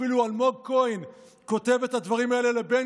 אפילו אלמוג כהן כותב את הדברים האלה לבן